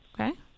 Okay